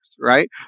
right